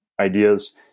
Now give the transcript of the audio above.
ideas